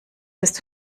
ist